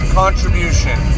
contribution